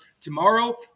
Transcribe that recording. Tomorrow